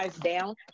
Down